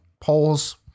polls